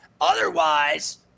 Otherwise